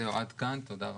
עד כאן, תודה רבה.